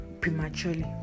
prematurely